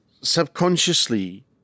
subconsciously